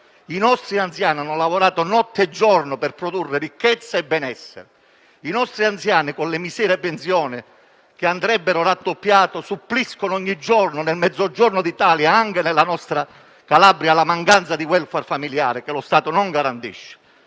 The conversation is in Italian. i nostri anziani hanno lavorato notte e giorno per produrre ricchezza e benessere; i nostri anziani con le loro misere pensioni - che andrebbero raddoppiate - suppliscono ogni giorno nel Mezzogiorno d'Italia, anche nella nostra Calabria, alla mancanza di *welfare* familiare che lo Stato non garantisce.